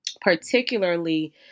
particularly